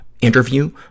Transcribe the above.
interview